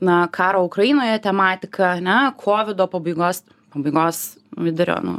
na karo ukrainoje tematika ane kovido pabaigos pabaigos vidurio nu